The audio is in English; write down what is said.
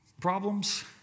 Problems